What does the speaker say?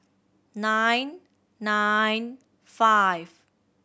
nine nine five